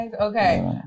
Okay